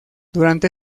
durante